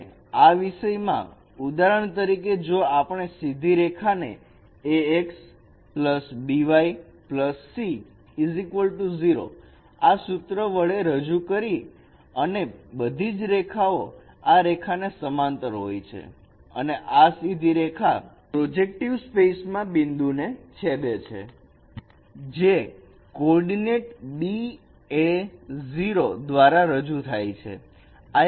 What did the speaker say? અને આ વિષયમાં ઉદાહરણ તરીકે જો આપણે સીધી રેખા ને ax by c 0 આ સૂત્ર વડે રજુ કરીએ અને બધી જ રેખાઓ આ રેખા ને સમાંતર હોય છે અને આ સીધી રેખા પ્રોજેક્ટર સ્પેસમાં બિંદુને છેદે છે જે કોર્ડીનેટ ba0 દ્વારા રજૂ થાય છે